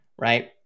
right